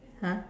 !huh!